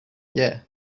yeah